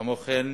כמו כן,